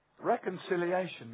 Reconciliation